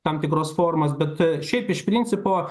tam tikros formos bet šiaip iš principo